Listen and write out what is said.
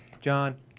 John